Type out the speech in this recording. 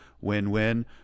win-win